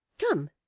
come!